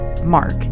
Mark